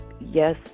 yes